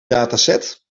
dataset